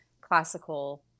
classical